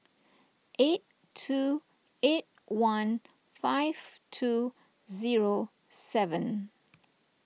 eight two eight one five two zero seven